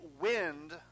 wind